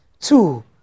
two